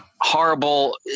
Horrible